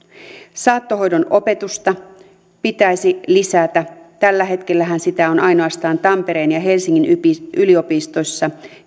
saattohoidon opetusta pitäisi lisätä tällä hetkellähän sitä on ainoastaan tampereen ja helsingin yliopistoissa